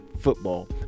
football